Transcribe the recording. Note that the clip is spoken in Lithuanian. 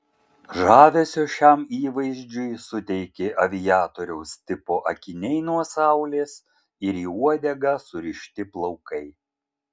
žavesio šiam įvaizdžiui suteikė aviatoriaus tipo akiniai nuo saulės ir į uodegą surišti plaukai